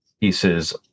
pieces